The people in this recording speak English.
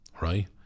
right